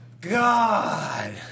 God